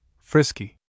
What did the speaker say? Frisky